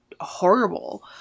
horrible